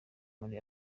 muri